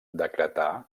decretar